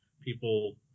people